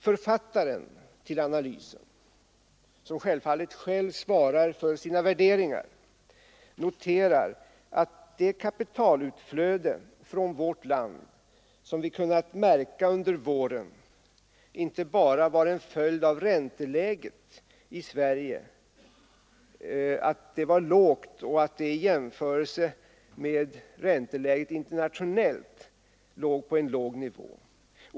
Författaren till analysen, som givetvis själv svarar för sina värderingar, noterar att det kapitalutflöde från vårt land som vi kunnat märka under våren inte bara var en följd av att ränteläget i Sverige kommit att ligga på en internationellt sett låg nivå.